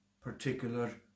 particular